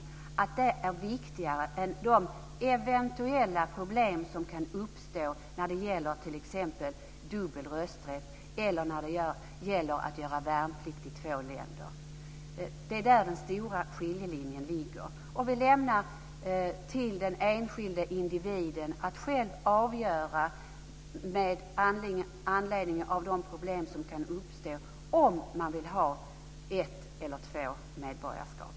Vi tycker att det är viktigare än de eventuella problem som kan uppstå när det gäller t.ex. dubbel rösträtt eller när det gäller att göra värnplikt i två länder. Det är där den stora skiljelinjen ligger. Vi överlåter åt den enskilde individen att själv avgöra, med anledning av de problem som kan uppstå, om man vill ha ett eller två medborgarskap.